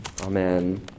amen